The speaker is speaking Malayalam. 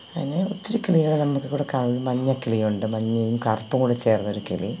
അങ്ങനെ ഒത്തിരി കിളികളെ നമ്മള്ക്കിവിടെ കാണാന് മഞ്ഞക്കിളിയുണ്ട് മഞ്ഞയും കറുപ്പും കൂടെ ചേര്ന്നൊരു കിളി